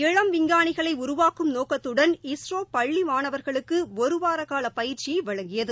இளம் விஞ்ஞானிகளை உருவாக்கும் நோக்கத்துடன் இஸ்ரோ பள்ளி மாணவர்களுக்கு ஒருவார கால பயிற்சியை வழங்கியது